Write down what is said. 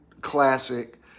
classic